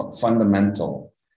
fundamental